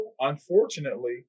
Unfortunately